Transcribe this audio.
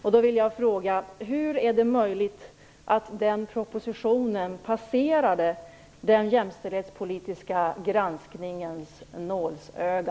Jag vill fråga: Hur är det möjligt att den propositionen passerade den jämställdhetspolitiska granskningens nålsöga?